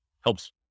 helps